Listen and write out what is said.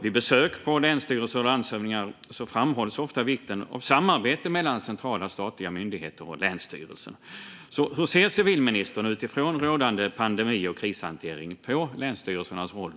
Vid besök på länsstyrelser och hos landshövdingar framhålls ofta vikten av samarbete mellan centrala statliga myndigheter och länsstyrelser. Hur ser civilministern utifrån rådande pandemi och krishantering på länsstyrelsernas roll?